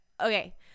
okay